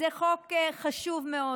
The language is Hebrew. זה חוק חשוב מאוד,